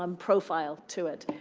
um profile to it.